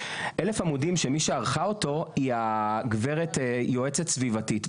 שמי שערכה אותם היא גברת יועצת סביבתית.